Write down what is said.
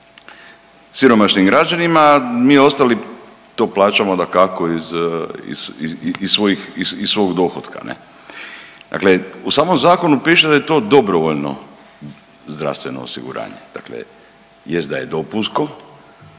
siromašnim građanima, a mi ostali to plaćamo dakako iz svojih, iz svog dohotka ne. Dakle, u samom zakonu piše da je to dobrovoljno zdravstveno osiguranje. Dakle, jest da je dopunsko